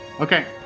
Okay